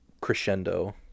crescendo